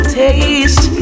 taste